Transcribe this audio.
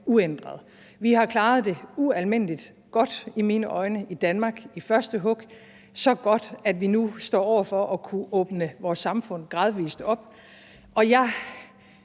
uændret. Vi har i mine øjne klaret det ualmindelig godt i Danmark i første hug – så godt, at vi nu står over for at kunne åbne vores samfund gradvis op. Jeg